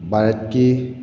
ꯚꯥꯔꯠꯀꯤ